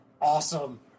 awesome